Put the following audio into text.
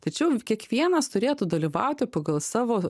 tačiau kiekvienas turėtų dalyvauti pagal savo